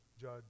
judge